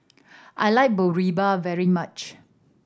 I like Boribap very much